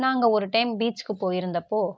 நாங்கள் ஒரு டைம் பீச்சுக்கு போயிருந்தப்போ